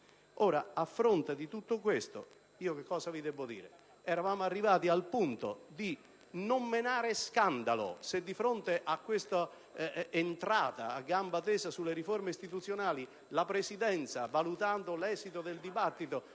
A fronte di tutto ciò, cosa vi debbo dire? Eravamo al punto di non menare scandalo se di fronte a questa entrata a gamba tesa sulle riforme istituzionali la Presidenza, valutando l'esito del dibattito,